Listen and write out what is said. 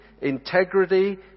integrity